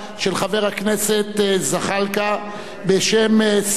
הכנסת זחאלקה, בשם סיעת בל"ד,